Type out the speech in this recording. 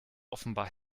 offenbar